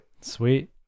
sweet